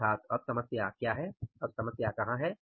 अर्थात अब समस्या क्या है अब समस्या कहां है